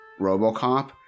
RoboCop